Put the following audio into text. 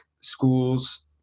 schools